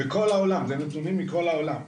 זה נתונים מכל העולם.